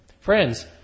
Friends